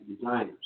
designers